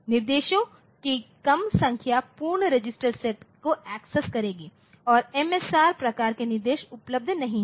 निर्देशों की कम संख्या पूर्ण रजिस्टर सेट को एक्सेस करेगी और MSR प्रकार के निर्देश उपलब्ध नहीं हैं